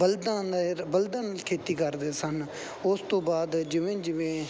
ਬਲਦਾਂ ਨੇਰ ਬਲਦਾਂ ਨਾਲ ਖੇਤੀ ਕਰਦੇ ਸਨ ਉਸ ਤੋਂ ਬਾਅਦ ਜਿਵੇਂ ਜਿਵੇਂ